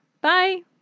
Bye